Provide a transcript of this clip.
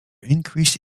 increased